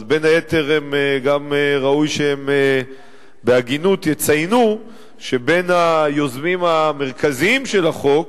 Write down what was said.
אז בין היתר ראוי שבהגינות יציינו שבין היוזמים המרכזיים של החוק